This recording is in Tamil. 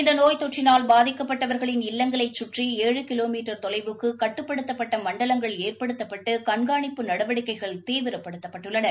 இந்த நோய் தொற்றினால் பாதிக்கப்பட்டவர்களின் இல்லங்களைச் சுற்றி ஏழு கிலோமீட்டர் தொலைவுக்கு கட்டுப்படுத்தப்பட்ட மண்டலங்கள் ஏற்படுத்தப்பட்டு கண்காணிப்பு நடவடிக்கைகள் தீவிரப்படுத்தப்பட்டுள்ளன